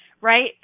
right